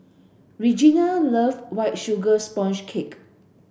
Regena love white sugar sponge cake